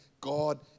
God